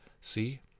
See